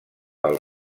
pel